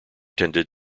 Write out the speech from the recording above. tended